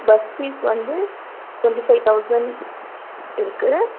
bus fees வந்து twenty five thousand இருக்குது